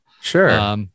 Sure